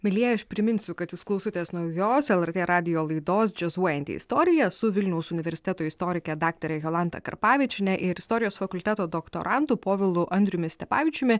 mielieji aš priminsiu kad jūs klausotės naujos lrt radijo laidos džiazuojanti istorija su vilniaus universiteto istorike daktare jolanta karpavičiene ir istorijos fakulteto doktorantu povilu andriumi stepavičiumi